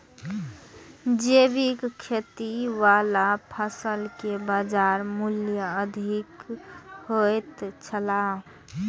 जैविक खेती वाला फसल के बाजार मूल्य अधिक होयत छला